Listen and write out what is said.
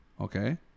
Okay